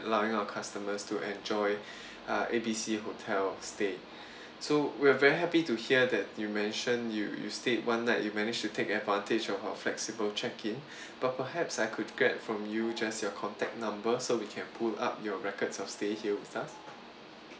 allowing our customers to enjoy uh A B C hotel stay so we're very happy to hear that you mentioned you you stayed one night you manage to take advantage of our flexible check in but perhaps I could get from you just your contact number so we can pull up your records of stay here with us